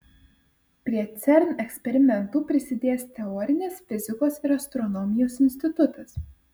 prie cern eksperimentų prisidės teorinės fizikos ir astronomijos institutas